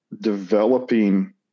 developing